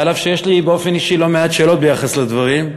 אף שיש לי באופן אישי לא מעט שאלות ביחס לדברים,